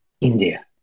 India